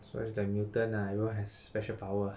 so he's like mutant lah they all have special power ah he is a hacker